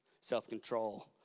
self-control